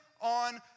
on